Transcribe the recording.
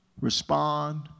respond